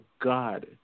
God